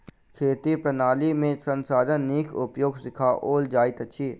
खेती प्रणाली में संसाधनक नीक उपयोग सिखाओल जाइत अछि